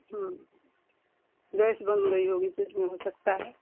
gas बन गई होगी पेट में हो सकता है